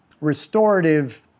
restorative